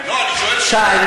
שאלת,